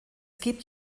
gibt